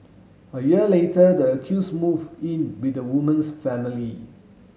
a year later the accuse move in with the woman's family